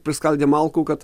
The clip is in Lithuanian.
priskaldė malkų kad